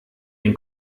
den